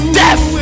death